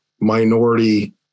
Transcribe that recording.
minority